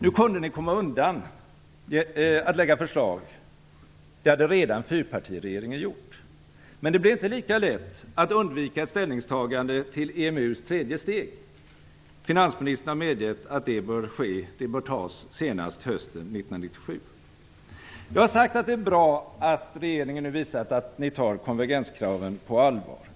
Nu kunde ni komma undan att lägga fram förslag eftersom fyrpartiregeringen redan hade gjort det. Men det blev inte lika lätt att undvika ett ställningstagande till EMU:s tredje steg. Finansministern har medgett att det bör tas senast hösten 1997. Jag har sagt att det är bra att regeringen nu visat att ni tar konvergenskraven på allvar.